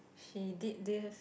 she did this